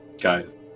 Guys